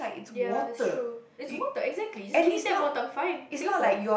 ya that's true it's water exactly you just give me tap water I'm fine it's Singapore